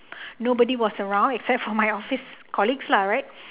nobody was around except for my office colleagues lah right